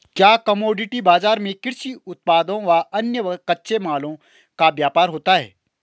क्या कमोडिटी बाजार में कृषि उत्पादों व अन्य कच्चे मालों का व्यापार होता है?